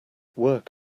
work